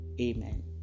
Amen